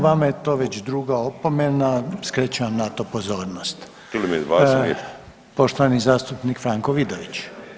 Vama je to već druga opomena skrećem vam na to pozornost. ... [[Upadica se ne čuje.]] Poštovani zastupnik Franko Vidović.